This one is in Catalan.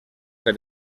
per